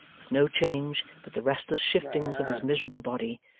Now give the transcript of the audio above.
with no change but the restless shiftings of his miserable body,